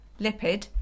lipid